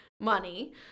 money